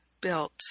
built